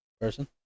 person